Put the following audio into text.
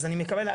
אני מקבל,